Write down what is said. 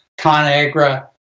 ConAgra